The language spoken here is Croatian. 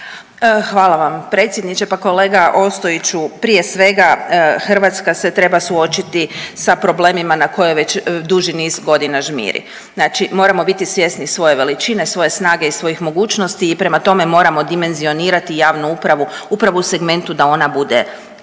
Hvala vam predsjedniče. Pa kolega Ostojiću prije svega Hrvatska se treba suočiti sa problemima na koje već duži niz godina žmiri. Znači moramo biti svjesni svoje veličine, svoje snage i svojim mogućnosti i prema tome moramo dimenzionirati javnu upravu upravo u segmentu da ona bude